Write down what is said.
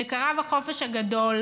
זה קרה בחופש הגדול.